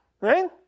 right